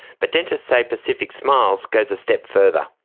but dentists say pacific smiles goes a step further.